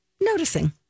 noticing